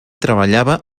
treballava